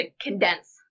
condense